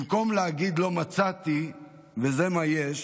במקום להגיד: לא מצאתי וזה מה שיש,